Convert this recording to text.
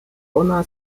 bona